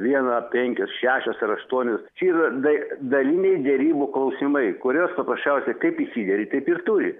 viena penkios šešios ar aštuonios čia yra dai daliniai derybų klausimai kuriuos paprasčiausiai kaip išsideri taip ir turi